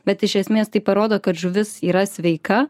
bet iš esmės tai parodo kad žuvis yra sveika